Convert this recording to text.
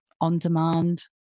on-demand